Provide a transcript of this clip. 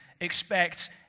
expect